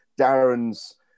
Darren's